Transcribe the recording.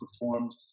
performed